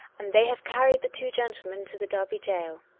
and they have carried the two gentlemen to the derby gaol.